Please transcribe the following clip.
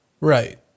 right